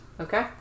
Okay